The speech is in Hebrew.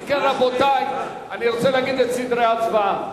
אם כן, רבותי, אני רוצה להגיד את סדרי ההצבעה.